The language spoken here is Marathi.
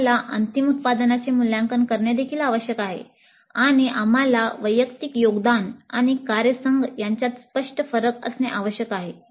आम्हाला अंतिम उत्पादनाचे मूल्यांकन करणे देखील आवश्यक आहे आणि आम्हाला वैयक्तिक योगदान आणि कार्यसंघ यांच्यात स्पष्ट फरक असणे आवश्यक आहे